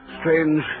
Strange